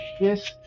Yes